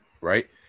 right